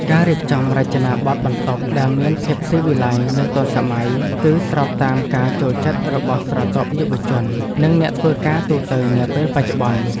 ការរៀបចំរចនាបទបន្ទប់ដែលមានភាពស៊ីវិល័យនិងទាន់សម័យ គឺស្របតាមការចូលចិត្តរបស់ស្រទាប់យុវវ័យនិងអ្នកធ្វើការងារទូទៅនាពេលបច្ចុប្បន្ន។